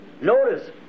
notice